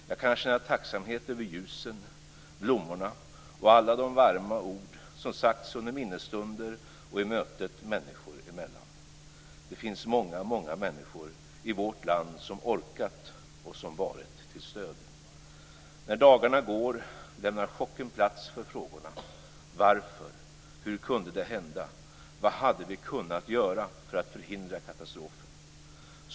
Jag kan känna tacksamhet över ljusen, blommorna och alla de varma ord som sagts under minnesstunder och i möten människor emellan. Det finns många, många människor i vårt land som orkat och som varit till stöd. När dagarna går lämnar chocken plats för frågorna: Varför? Hur kunde det hända? Vad hade vi kunnat göra för att förhindra katastrofen?